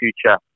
future